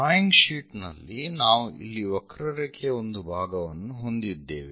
drawing sheet ನಲ್ಲಿ ನಾವು ಇಲ್ಲಿ ವಕ್ರರೇಖೆಯ ಒಂದು ಭಾಗವನ್ನು ಹೊಂದಿದ್ದೇವೆ